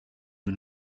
you